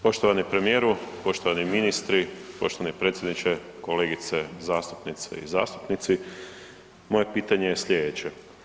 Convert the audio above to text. Poštovani premijeru, poštovani ministre, poštovani predsjedniče, kolegice zastupnice i zastupnici moje pitanje je slijedeće.